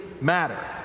matter